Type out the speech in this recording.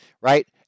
right